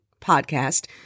podcast